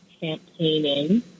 campaigning